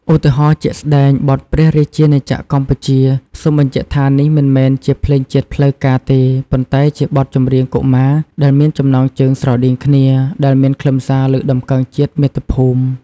ឧទាហរណ៍ជាក់ស្ដែងបទ "ព្រះរាជាណាចក្រកម្ពុជា" (សូមបញ្ជាក់ថានេះមិនមែនជាភ្លេងជាតិផ្លូវការទេ ប៉ុន្តែជាបទចម្រៀងកុមារដែលមានចំណងជើងស្រដៀងគ្នា) ដែលមានខ្លឹមសារលើកតម្កើងជាតិ មាតុភូមិ។